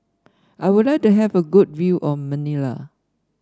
I would like to have a good view of Manila